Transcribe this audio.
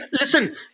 Listen